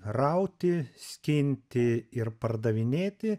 rauti skinti ir pardavinėti